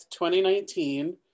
2019